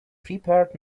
prepared